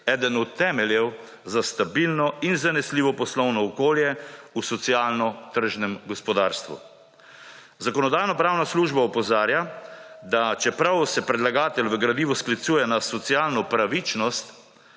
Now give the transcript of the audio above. eden od temeljev za stabilno in zanesljivo poslovno okolje v socialno tržnem gospodarstvu. Zakonodajno-pravna služba opozarja, da čeprav se predlagatelj v gradivu sklicuje na socialno pravičnost,